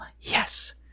Yes